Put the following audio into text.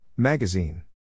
Magazine